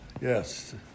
Yes